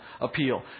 appeal